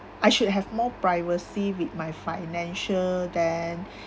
I should have more privacy with my financial then